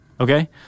Okay